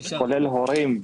כולל הורים,